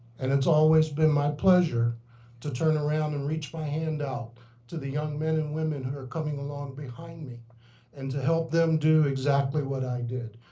and it's always been my pleasure to turn around and reach my hand out to the young men and women who are coming behind me and to help them do exactly what i did,